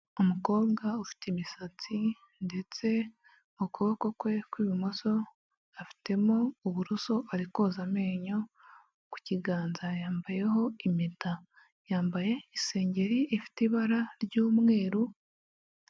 Umukobwa ufite imisatsi ndetse mu kuboko kwe kw'ibumoso afitemo uburoso ari koza amenyo, ku kiganza yambayeho impeta, yambaye isengeri ifite ibara ry'umweru.